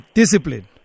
discipline